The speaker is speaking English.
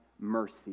mercy